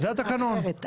זה התקנון.